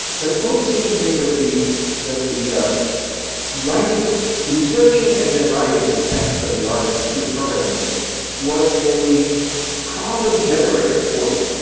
but it's always seemed to me that the that the researching and then writing the text of the art of computer programming was a problem generator for you.